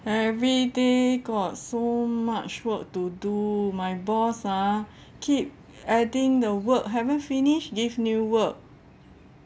every day got so much work to do my boss ah keep adding the work haven't finished give new work